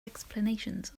explanations